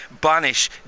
banish